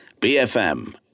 BFM